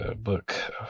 book